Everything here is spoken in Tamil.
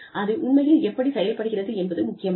அது உண்மையில் எப்படிச் செயல்படுகிறது என்பது முக்கியமல்ல